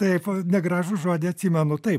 taip negražų žodį atsimenu taip